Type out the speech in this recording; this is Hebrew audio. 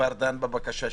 שכבר דן בבקשה שלו,